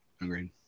Agreed